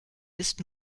ist